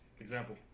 Example